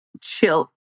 chill